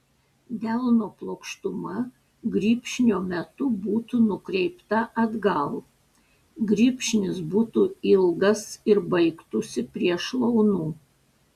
delno plokštuma grybšnio metu būtų nukreipta atgal grybšnis būtų ilgas ir baigtųsi prie šlaunų